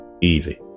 easy